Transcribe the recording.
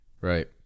right